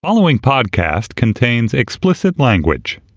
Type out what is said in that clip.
following podcast contains explicit language